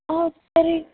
हो तर्हि